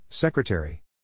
Secretary